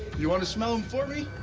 you wanna smell them for me?